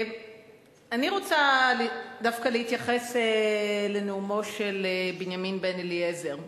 אני רוצה להתייחס דווקא לנאומו של בנימין בן-אליעזר.